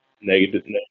negative